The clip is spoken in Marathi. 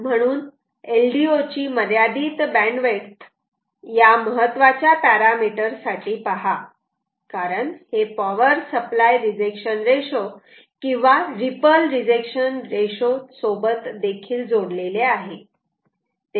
म्हणून LDO ची मर्यादित बँडविड्थ या महत्वाच्या पॅरामिटर साठी पहा कारण हे पॉवर सप्लाय रिजेक्शन रेशो किंवा रीपल रिजेक्शन रेशो सोबत देखील जोडलेले आहे